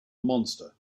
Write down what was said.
monster